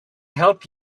help